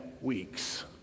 weeks